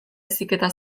heziketa